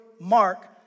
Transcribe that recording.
mark